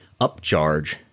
upcharge